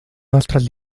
nostres